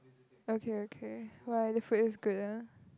okay okay why the food is good ah